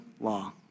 law